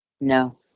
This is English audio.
No